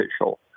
official